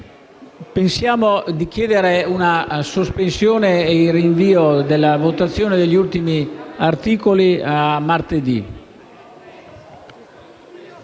pensiamo di chiedere una sospensione e il rinvio della votazione degli ultimi articoli a martedì.